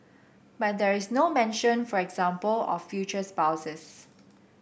but there is no mention for example of future spouses